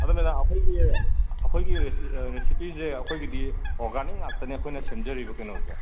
ꯑꯗꯣ ꯃꯦꯗꯥꯝ ꯑꯩꯈꯣꯏꯒꯤ ꯑꯩꯈꯣꯏꯒꯤ ꯔꯦꯁꯤꯄꯤꯖꯦ ꯑꯩꯈꯣꯏꯒꯤꯗꯤ ꯑꯣꯔꯒꯥꯅꯤꯛ ꯉꯥꯛꯇꯅꯦ ꯑꯩꯈꯣꯏꯅ ꯁꯦꯝꯖꯔꯤꯕ ꯀꯩꯅꯣꯁꯦ